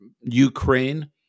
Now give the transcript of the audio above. Ukraine